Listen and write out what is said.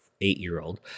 eight-year-old